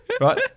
right